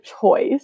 choice